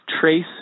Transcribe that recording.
trace